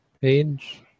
page